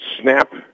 Snap